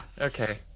Okay